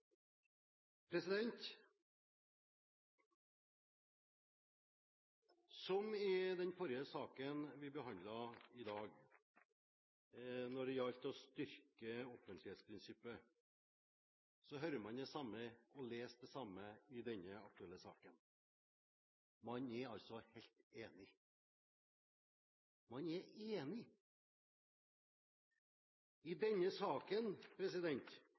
forsiktige. Som i den forrige saken vi behandlet i dag når det gjaldt å styrke offentlighetsprinsippet, hører man det samme og leser det samme i denne saken. Man er altså helt enig. Man er enig! I denne saken